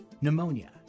pneumonia